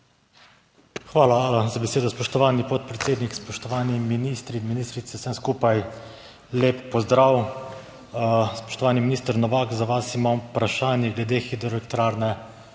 Hvala za besedo, spoštovani podpredsednik. Spoštovani ministri in ministrice, vsem skupaj lep pozdrav! Spoštovani minister Novak, za vas imam vprašanje glede Hidroelektrarne